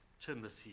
Timothy